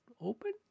open